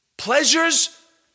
Pleasures